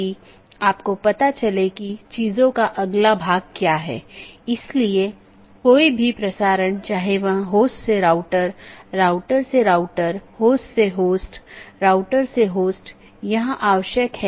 और एक autonomous system एक ही संगठन या अन्य सार्वजनिक या निजी संगठन द्वारा प्रबंधित अन्य ऑटॉनमस सिस्टम से भी कनेक्ट कर सकती है